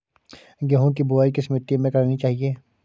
गेहूँ की बुवाई किस मिट्टी में करनी चाहिए?